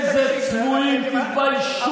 אתם העליתם את השכר לחיילים?